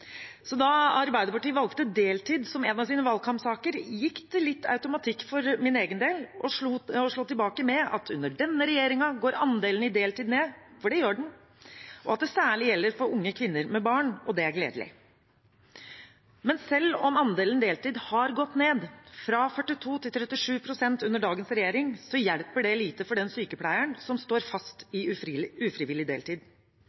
Så da Arbeiderpartiet valgte deltid som en av sine valgkampsaker, gikk det litt automatikk for min egen del i å slå tilbake med at under denne regjeringen går andelen i deltid ned – for det gjør den – og at det særlig gjelder unge kvinner med barn. Det er gledelig. Men selv om andelen deltid har gått ned fra 42 til 37 pst. under dagens regjering, hjelper det lite for den sykepleieren som står fast i ufrivillig deltid,